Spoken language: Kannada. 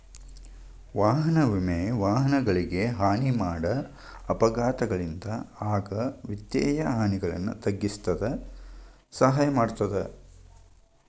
ವಾಹನ ವಿಮೆ ವಾಹನಗಳಿಗೆ ಹಾನಿ ಮಾಡ ಅಪಘಾತಗಳಿಂದ ಆಗ ವಿತ್ತೇಯ ಹಾನಿಗಳನ್ನ ತಗ್ಗಿಸಕ ಸಹಾಯ ಮಾಡ್ತದ